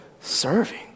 serving